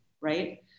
right